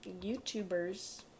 YouTubers